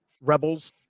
rebels